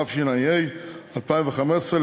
התשע"ה 2015,